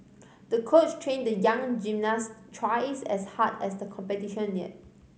the coach trained the young gymnast twice as hard as the competition neared